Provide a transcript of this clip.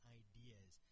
ideas